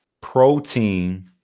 Protein